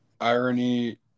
Irony